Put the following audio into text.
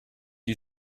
you